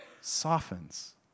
softens